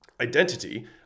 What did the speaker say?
identity